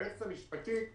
היועצת המשפטית,